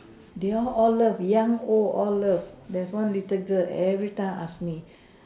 they all all love young old all love there's one little girl every time ask me